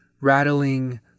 Rattling